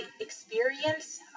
experience